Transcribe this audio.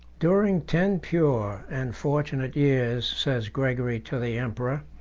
during ten pure and fortunate years, says gregory to the emperor,